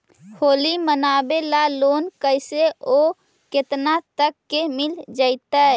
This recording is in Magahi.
होली मनाबे ल लोन कैसे औ केतना तक के मिल जैतै?